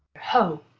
ho!